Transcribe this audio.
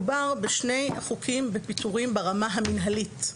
מדובר בשני חוקים לפיטורים ברמה המנהלית.